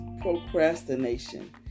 procrastination